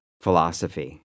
philosophy